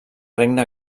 regne